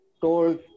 told